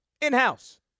In-house